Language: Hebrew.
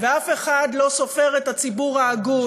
ואף אחד לא סופר את הציבור ההגון,